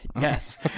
Yes